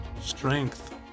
strength